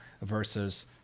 versus